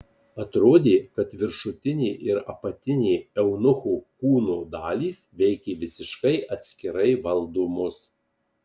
atrodė kad viršutinė ir apatinė eunucho kūno dalys veikė visiškai atskirai valdomos